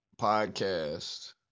podcast